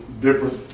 different